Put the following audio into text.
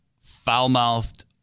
foul-mouthed